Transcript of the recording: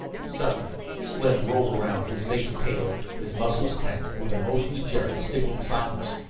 suddenly slim whirled around, his face pale, his muscles tense, and with a motion jerry signaled silence.